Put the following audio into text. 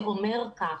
זה אומר כך,